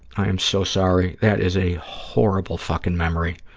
i am so sorry. that is a horrible fucking memory